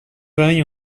varie